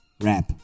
rap